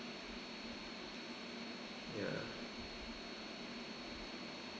ya